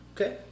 Okay